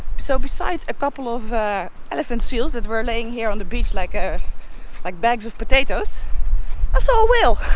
so besides a couple of elephant seals that were laying here on the beach like ah like bags of potatoes i saw a whale!